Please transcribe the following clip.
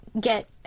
get